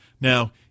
Now